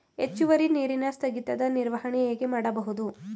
ಹೆಚ್ಚುವರಿ ನೀರಿನ ಸ್ಥಗಿತದ ನಿರ್ವಹಣೆ ಹೇಗೆ ಮಾಡಬಹುದು?